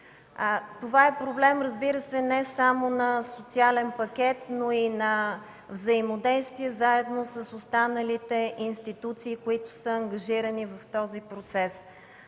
Това е проблем, разбира се, не само на социален пакет, но и на взаимодействие заедно с останалите институции, които са ангажирани в този процес.